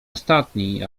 ostatni